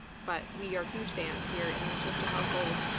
but we are huge fans here in the winchester household.